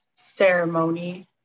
ceremony